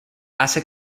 hace